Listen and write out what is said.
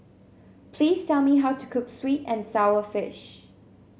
please tell me how to cook sweet and sour fish